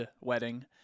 wedding